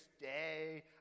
Day